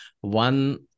one